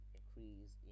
increase